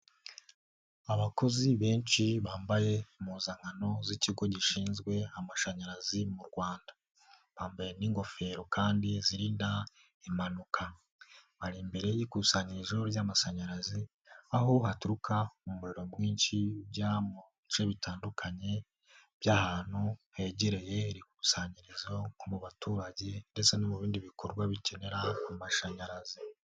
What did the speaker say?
Abakozi benshi bambaye impuzankano z'ikigo gishinzwe amashanyarazi mu Rwanda, bambaye n'ingofero kandi zirinda impanuka, bari imbere y'ikusanyirizo ry'amashanyarazi aho haturuka umuriro mwinshi ujya mu bice bitandukanye by'ahantu hegereye irikusanyirizo mu baturage ndetse no mu bindi bikorwa bikenera amashanyarazi.